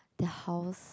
their house